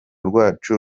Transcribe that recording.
rwacu